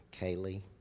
Kaylee